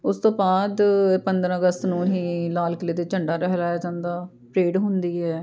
ਉਸ ਤੋਂ ਬਾਅਦ ਪੰਦਰਾਂ ਅਗਸਤ ਨੂੰ ਹੀ ਲਾਲ ਕਿਲ੍ਹੇ 'ਤੇ ਝੰਡਾ ਲਹਿਰਾਇਆ ਜਾਂਦਾ ਪਰੇਡ ਹੁੰਦੀ ਹੈ